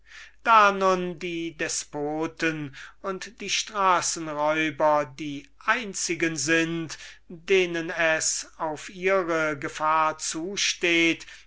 da nun die despoten und die straßenräuber die einzigen sind denen es jedoch auf ihre gefahr zusteht